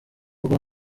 bwa